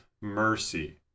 mercy